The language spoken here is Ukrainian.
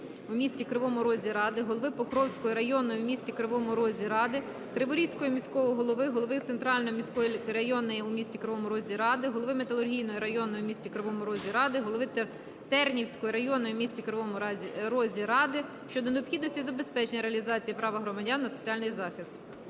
у місті Кривому Розі ради, голови Покровської районної в місті Кривому Розі ради, Криворізького міського голови, голови центрально-міської районної у місті Кривому Розі ради, голови Металургійної районної у місті Кривому Розі ради, голови Тернівської районної у місті Кривому Розі ради щодо необхідності забезпечення реалізації права громадян на соціальний захист.